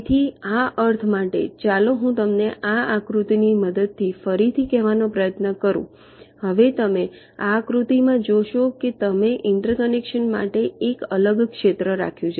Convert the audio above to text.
તેથી આ અર્થ માટે ચાલો હું તમને આ આકૃતિની મદદથી ફરીથી કહેવાનો પ્રયત્ન કરું હવે તમે આ આકૃતિમાં જોશો કે તમે ઇન્ટરકનેક્શન્સ માટે એક અલગ ક્ષેત્ર રાખ્યું છે